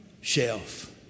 shelf